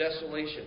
desolation